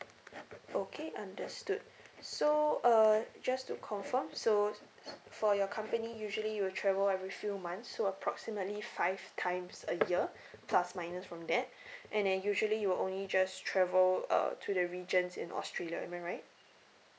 okay understood so uh just to confirm so for your company usually you'll travel every few months so approximately five times a year plus minus from that and then usually you'll only just travel uh to the regions in australia am I right